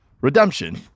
redemption